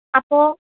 ഓ